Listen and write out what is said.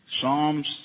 Psalms